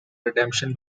redemption